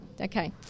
Okay